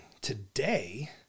Today